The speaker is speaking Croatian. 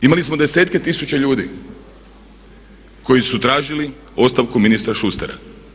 Imali smo desetke tisuća ljudi koji su tražili ostavku ministra Šustera.